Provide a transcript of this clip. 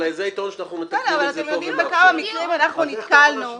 אבל זה היתרון שאנחנו מתקנים את